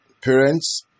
Parents